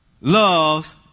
loves